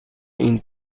این